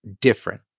different